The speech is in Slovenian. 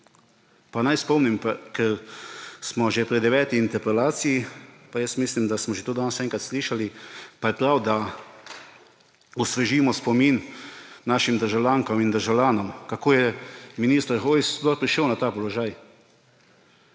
Pa naj spomnim, ker smo že pri deveti interpelaciji, pa jaz mislim, da smo že to danes enkrat slišali, pa je prav, da osvežimo spomin našim državljankam in državljanom, kako je minister Hojs sploh prišel na ta položaj.